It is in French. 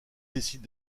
décide